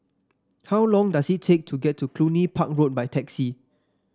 how long does it take to get to Cluny Park Road by taxi